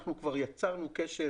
כבר יצרנו קשר